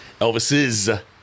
Elvis's